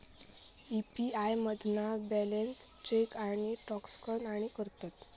UPI मधना balance check आणि transaction पण करतत